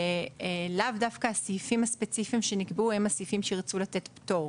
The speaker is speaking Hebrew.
ולאו דווקא הסעיפים הספציפיים שנקבעו הם הסעיפים שירצו לתת עליהם פטור.